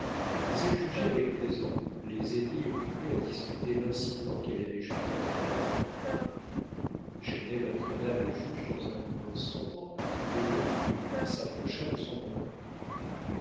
mais elle jugeait avec raison les ennemis occupés à discuter l'incident qu'elle avait jeté à travers leurs plans chesnel entraîna le juge dans un coin sombre le long du mur et s'approcha de son oreille